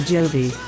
Jovi